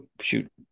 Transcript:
shoot